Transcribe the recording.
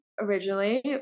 originally